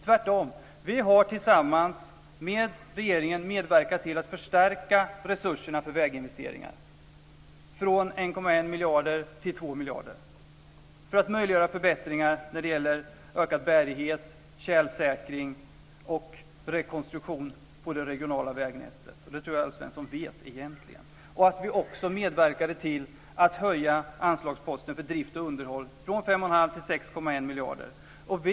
Tvärtom har vi tillsammans med regeringen medverkat till att förstärka resurserna för väginvesteringar från 1,1 miljarder till 2 miljarder för att möjliggöra förbättringar som ger ökad bärighet, tjälsäkring och rekonstruktion på det regionala vägnätet. Det tror jag att Alf Svensson egentligen vet. Han vet också att vi medverkade till att höja anslagsposten för drift och underhåll från 51⁄2 till 6,1 miljarder.